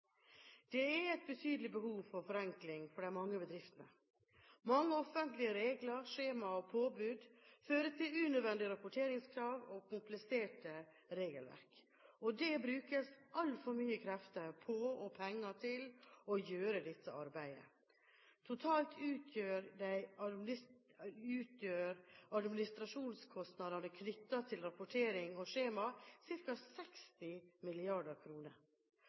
Det er et betydelig behov for forenkling for de mange bedriftene. Mange offentlige regler, skjema og påbud fører til unødvendige rapporteringskrav og kompliserte regelverk, og det brukes altfor mye krefter og penger på å gjøre dette arbeidet. Totalt utgjør administrasjonskostnadene knyttet til rapportering og skjema ca. 60